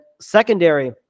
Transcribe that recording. secondary